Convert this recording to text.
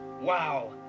Wow